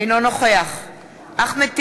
אינו נוכח אחמד טיבי,